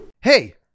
Hey